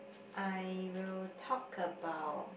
I will talk about